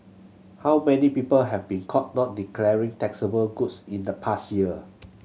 how many people have been caught not declaring taxable goods in the past year